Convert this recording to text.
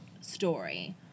story